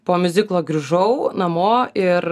po miuziklo grįžau namo ir